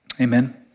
Amen